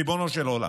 ריבונו של עולם,